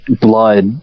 blood